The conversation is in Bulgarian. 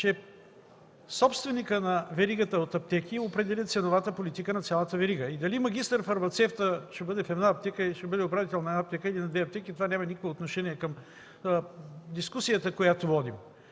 че собственикът на веригата от аптеки определя ценовата политика на цялата верига. Дали магистър-фармацевтът ще бъде управител на една или на две аптеки, това няма никакво отношение към дискусията, която водим.